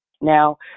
Now